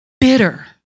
Bitter